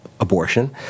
abortion